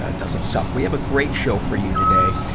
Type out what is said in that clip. ah doesn't suck. we have a great show for you today.